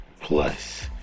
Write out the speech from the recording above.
plus